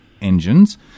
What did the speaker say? engines